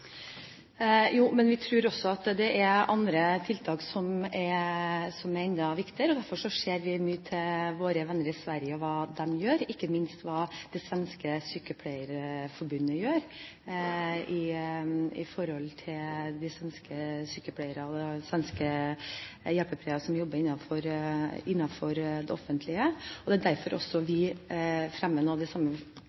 Jo, men vi tror også at det er andre tiltak som er enda viktigere, og derfor ser vi mye til våre venner i Sverige og hva de gjør, ikke minst hva det svenske sykepleierforbundet gjør i forhold til de svenske sykepleierne og hjelpepleierne som jobber innenfor det offentlige. Det er også derfor